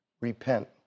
Repent